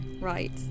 Right